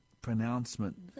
pronouncement